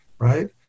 right